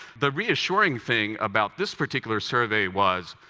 the reassuring thing about this particular survey was,